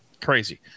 crazy